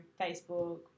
Facebook